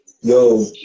Yo